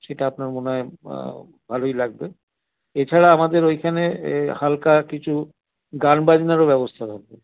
সেটা আপনার মনে হয় ভালোই লাগবে এছাড়া আমাদের ওইখানে হালকা কিছু গান বাজনারও ব্যবস্থা থাকবে